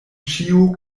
ĉio